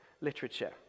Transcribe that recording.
literature